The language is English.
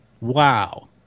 wow